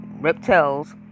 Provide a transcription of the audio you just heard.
reptiles